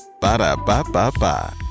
Ba-da-ba-ba-ba